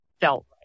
felt